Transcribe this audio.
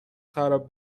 خراب